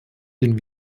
den